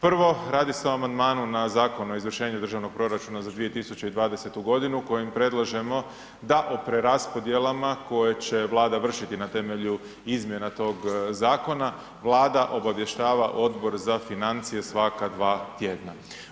Prvo, radi se o amandmanu na Zakon o izvršenju državnog proračuna za 2020.g. kojim predlažemo da o preraspodjelama koje će Vlada vršiti na temelju izmjena tog zakona, Vlada obavještava Odbor za financije svaka dva tjedna.